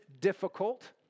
difficult